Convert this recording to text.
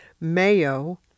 Mayo